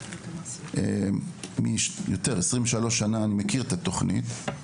היל"ה, יותר מ-23 שנה שאני מכיר את התוכנית,